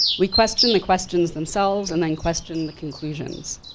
we question the questions themselves, and then question the conclusions.